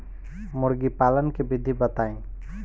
मुर्गीपालन के विधी बताई?